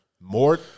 more